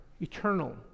eternal